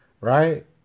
right